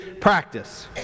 practice